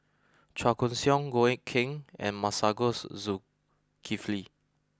Chua Koon Siong Goh Eck Kheng and Masagos Zulkifli